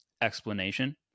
explanation